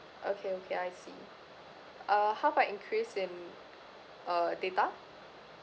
okay okay I see uh how about increase in uh data